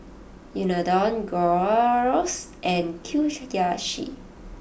Unadon Gyros and Kushiyaki